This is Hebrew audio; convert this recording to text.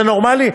זה נורמלי?